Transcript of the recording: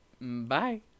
Bye